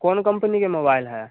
कौन कम्पनी के मोबाइल है